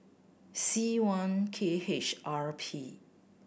C one K H R P